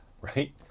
right